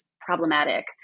problematic